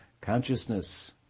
consciousness